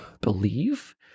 believe